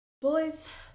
boys